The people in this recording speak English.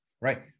right